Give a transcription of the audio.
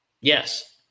Yes